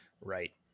right